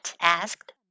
asked